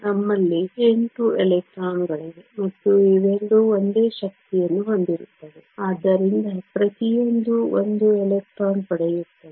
ನಮ್ಮಲ್ಲಿ 8 ಎಲೆಕ್ಟ್ರಾನ್ಗಳಿವೆ ಮತ್ತು ಇವೆರಡೂ ಒಂದೇ ಶಕ್ತಿಯನ್ನು ಹೊಂದಿರುತ್ತವೆ ಆದ್ದರಿಂದ ಪ್ರತಿಯೊಂದೂ 1 ಎಲೆಕ್ಟ್ರಾನ್ ಪಡೆಯುತ್ತದೆ